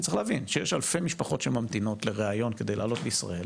וצריך להבין שיש אלפי משפחות שממתינות לריאיון כדי לעלות לישראל,